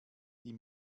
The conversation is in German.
die